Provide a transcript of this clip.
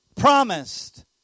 promised